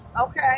Okay